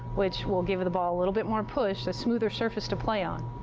which will give the ball a little bit more push, a smoother surface to play on.